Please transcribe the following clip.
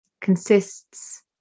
consists